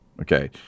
Okay